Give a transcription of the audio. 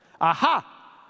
Aha